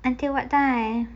until what time